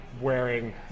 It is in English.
wearing